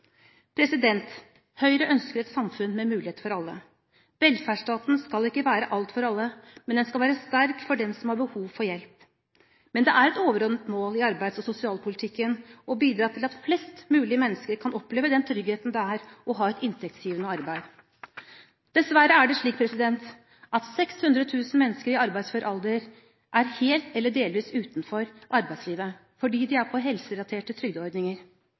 Høyre ønsker et samfunn med muligheter for alle. Velferdsstaten skal ikke være alt for alle, men den skal være sterk for dem som har behov for hjelp. Men det er et overordnet mål i arbeids- og sosialpolitikken å bidra til at flest mulig mennesker kan oppleve den tryggheten det er å ha inntektsgivende arbeid. Dessverre er det slik at 600 000 mennesker i arbeidsfør alder er helt eller delvis utenfor arbeidslivet, fordi de er på helserelaterte trygdeordninger.